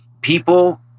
people